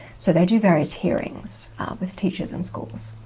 so they do various hearings with teachers and schools,